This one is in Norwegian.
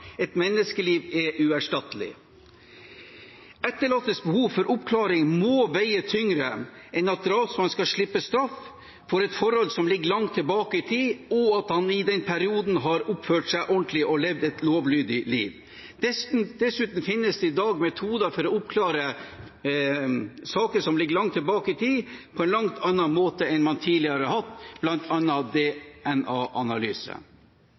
Et menneskeliv er uerstattelig. Etterlattes behov for oppklaring må veie tyngre enn at drapsmannen skal slippe straff for et forhold som ligger langt tilbake i tid, og at han i den perioden har oppført seg ordentlig og levd et lovlydig liv. Dessuten finnes det i dag metoder for å oppklare saker som ligger langt tilbake i tid, på en helt annen måte enn man tidligere har hatt,